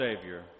Savior